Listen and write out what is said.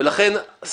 לכן יש